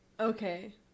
Okay